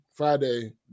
Friday